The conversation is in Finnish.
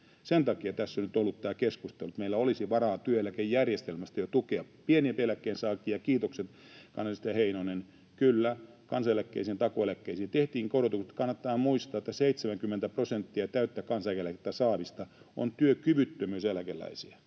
Sen takia tässä nyt on ollut tämä keskustelu, että meillä olisi varaa työeläkejärjestelmästä jo tukea pienempiä eläkkeensaajia, kiitokset vain, edustaja Heinonen. Kyllä, kansaneläkkeisiin, takuueläkkeisiin, tehtiin korotukset, mutta kannattaa muistaa, että 70 prosenttia täyttä kansaneläkettä saavista on työkyvyttömyyseläkeläisiä,